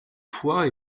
foix